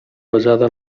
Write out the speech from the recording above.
basada